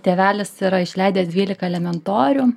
tėvelis yra išleidęs dvylika elementorių